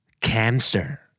Cancer